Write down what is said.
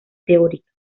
teórica